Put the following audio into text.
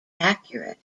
accurate